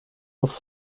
auf